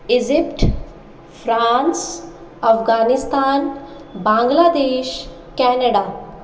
Egypt France Afghanistan Bangladesh Canada